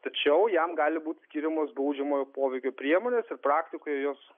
tačiau jam gali būti skiriamos baudžiamojo poveikio priemonės ir praktikoje jos